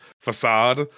facade